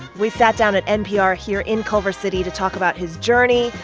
we sat down at npr here in culver city to talk about his journey,